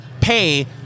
pay